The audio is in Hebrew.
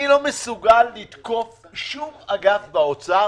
אני לא מסוגל לתקוף שום אגף באוצר,